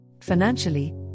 Financially